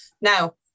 Now